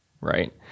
right